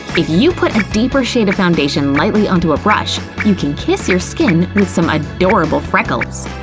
if you put a deeper shade of foundation lightly onto a brush, you can kiss your skin with some adorable freckles!